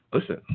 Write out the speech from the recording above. Listen